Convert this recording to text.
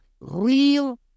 real